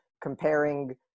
comparing